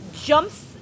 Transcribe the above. jumps